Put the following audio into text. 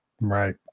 Right